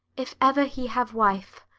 if ever he have wife,